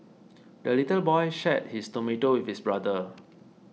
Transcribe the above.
the little boy shared his tomato with his brother